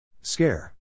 Scare